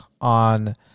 on